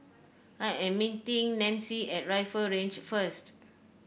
I am meeting Nanci at Rifle Range first